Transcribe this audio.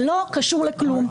זה לא קשור לכלום.